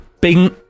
bing